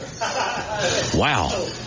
Wow